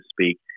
speak